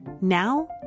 now